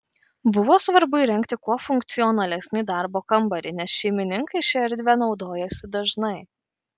buvo svarbu įrengti kuo funkcionalesnį darbo kambarį nes šeimininkai šia erdve naudojasi dažnai